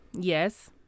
Yes